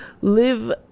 live